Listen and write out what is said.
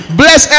bless